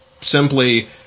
simply